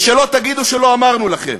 ושלא תגידו שלא אמרנו לכם.